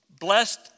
...blessed